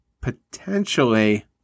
potentially